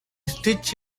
stitch